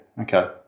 Okay